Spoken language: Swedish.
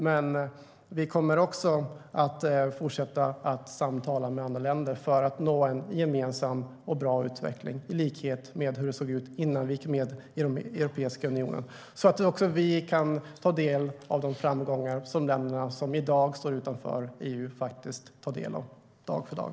Men vi kommer också att fortsätta att samtala med andra länder för att nå en gemensam och bra utveckling i likhet med hur det såg ut innan vi gick med i Europeiska unionen, så att även vi kan ta del av de framgångar som de länder som i dag står utanför EU tar del av dag för dag.